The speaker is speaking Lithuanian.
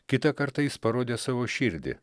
kitą kartą jis parodė savo širdį